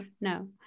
no